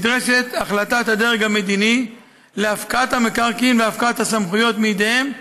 נדרשת החלטת הדרג המדיני להפקעת המקרקעין והפקעת הסמכויות מידיהם,